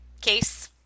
case